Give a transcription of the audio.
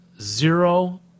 zero